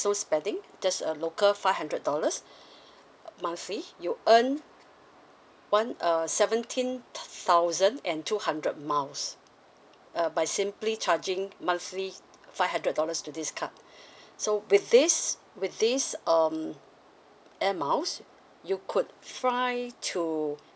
no spending just a local five hundred dollars mile free you earn one uh seventeen thousand and two hundred miles uh by simply charging monthly five hundred dollars to this card so with this with this um air miles you could fly to